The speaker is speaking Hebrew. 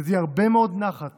שתדעי הרבה מאוד נחת